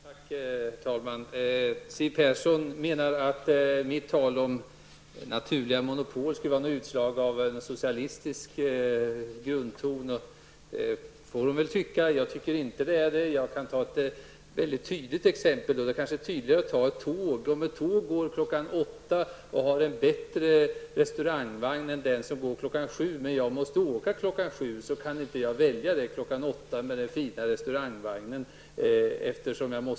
Herr talman! Siw Persson menade att mitt tal om naturliga monopol skulle ha en socialistisk grundton. Det får hon väl tycka. Jag tycker inte det. Jag kan ta ett mycket tydligt exempel som gäller tåg. Ett tåg som går kl. 8 har en bättre restaurangvagn än det som går kl. 7. Men eftersom jag måste åka kl. 7 kan jag inte välja det tåg som går kl. 8 och som har den fina restaurangvagnen.